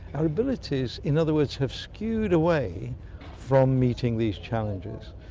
our abilities, in other words, have skewed away from meeting these challenges.